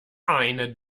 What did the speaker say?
eine